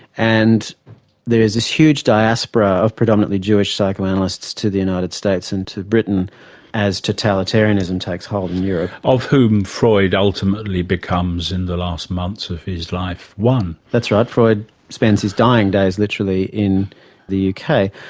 and there is this huge diaspora of predominantly jewish psychoanalysts to the united states and to britain as totalitarianism takes hold in europe. of whom freud ultimately becomes, in the last months of his life, one. that's right freud spends his dying days literally in the uk.